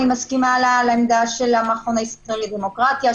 אני מסכימה לעמדה של המכון הישראלי לדמוקרטיה,